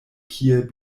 kiel